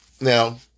Now